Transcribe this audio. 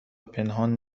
پنهان